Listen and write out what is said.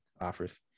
offers